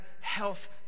health